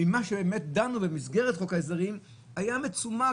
מה שבאמת דנו במסגרת חוק ההסדרים היה מצומק,